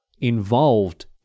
involved